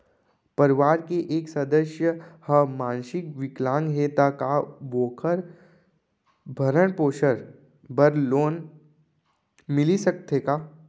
परवार के एक सदस्य हा मानसिक विकलांग हे त का वोकर भरण पोषण बर लोन मिलिस सकथे का?